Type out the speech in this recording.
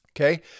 Okay